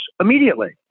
immediately